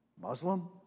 Muslim